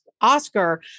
oscar